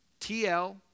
TL